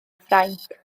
ffrainc